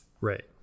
Right